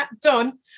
done